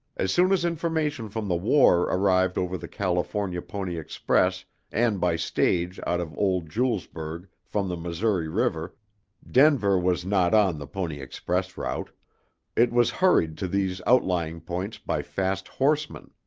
as soon as information from the war arrived over the california pony express and by stage out of old julesburg from the missouri river denver was not on the pony express route it was hurried to these outlying points by fast horsemen.